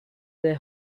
their